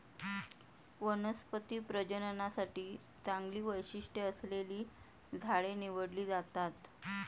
वनस्पती प्रजननासाठी चांगली वैशिष्ट्ये असलेली झाडे निवडली जातात